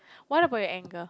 what about your anger